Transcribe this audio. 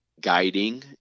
guiding